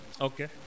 Okay